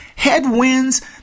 Headwinds